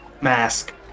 mask